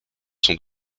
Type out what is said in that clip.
sont